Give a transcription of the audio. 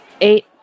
Eight